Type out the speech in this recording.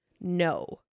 no